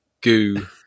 goo